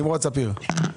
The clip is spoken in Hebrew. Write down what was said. נמרוד ספיר.